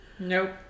Nope